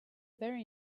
very